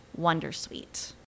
wondersuite